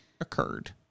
occurred